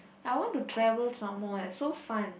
I want to travel somewhere so fun